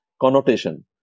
connotation